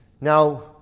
Now